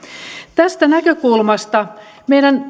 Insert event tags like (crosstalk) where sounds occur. tästä näkökulmasta meidän (unintelligible)